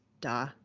Duh